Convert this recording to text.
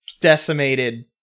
decimated